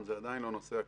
זה עדיין לא נושא קבוע,